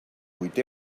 vuit